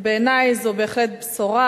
ובעיני זו בהחלט בשורה,